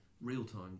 real-time